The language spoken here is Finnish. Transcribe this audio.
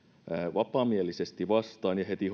vapaamielisesti vastaan ja sitten hoskonen heti